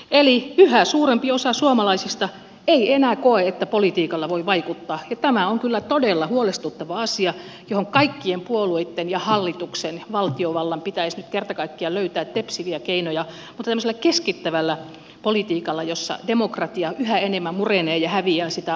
eli yhä suurempi osa suomalaisista ei enää koe että politiikalla voi vaikuttaa ja tämä on kyllä todella huolestuttava asia johon kaikkien puolueitten ja hallituksen valtiovallan pitäisi nyt kerta kaikkiaan löytää tepsiviä keinoja mutta tämmöisellä keskittävällä politiikalla jossa demokratia yhä enemmän murenee ja häviää sitä ainakaan ei saavuteta